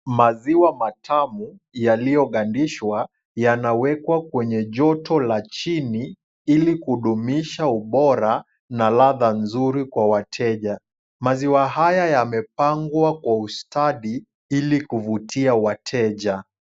Maziwa matamu yaliyogandishwa yanawekwa kwenye joto la chini ili kudumisha ubora na ladha nzuri kwa wateja. Maziwa haya wamepangwa kwa ustadi ili kuvutia wateja.